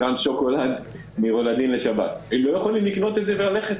הם לא יכולים לקנות אותה וללכת,